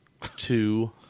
two